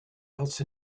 else